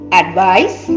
advice